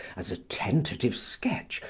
as a tentative sketch,